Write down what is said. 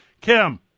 Kim